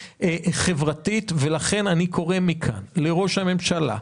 כלכלית-חברתית ולכן אני קורא מכאן לראש הממשלה,